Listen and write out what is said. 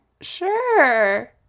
sure